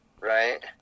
right